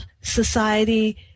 society